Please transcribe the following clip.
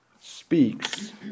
speaks